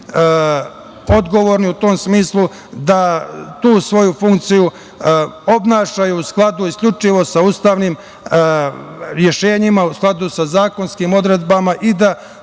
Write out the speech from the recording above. odgovorni u tom smislu da tu svoju funkciju obnašaju u skladu isključivo sa ustavnim rešenjima, u skladu sa zakonskim odredbama i da